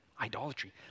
Idolatry